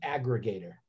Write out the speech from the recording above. aggregator